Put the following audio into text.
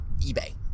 eBay